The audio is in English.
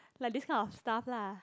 like this kind of stuff lah